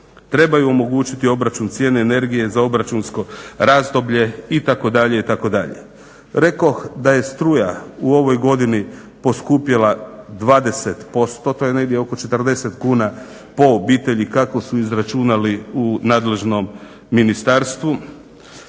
trebaju omogućiti obračun cijene energije za obračunsko razdoblje.". itd. itd. Rekoh da je struja u ovoj godini poskupjela 20%, to je negdje oko 40 kuna po obitelji kako su izračunali u nadležnom ministarstvu.